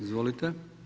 Izvolite.